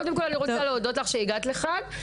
קודם כל, אני רוצה להודות לך שהגעת לכאן.